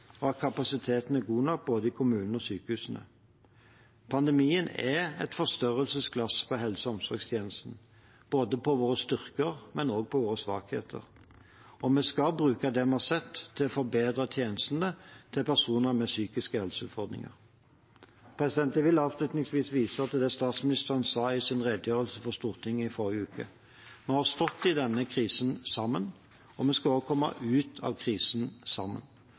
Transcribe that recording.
og at kapasiteten er god nok både i kommunene og sykehusene. Pandemien er et forstørrelsesglass på helse- og omsorgstjenestene, både på våre styrker og på våre svakheter. Vi skal bruke det vi har sett, til å forbedre tjenestene til personer med psykiske helseutfordringer. Jeg vil avslutningsvis vise til det statsministeren sa i sin redegjørelse for Stortinget i forrige uke: «Vi har stått i denne krisen sammen. Vi skal også komme oss ut av denne krisen sammen.»